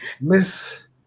Miss